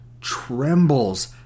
trembles